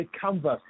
canvas